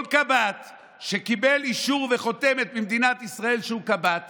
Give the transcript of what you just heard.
כל קב"ט שקיבל אישור וחותמת ממדינת ישראל שהוא קב"ט